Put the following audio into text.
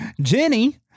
Jenny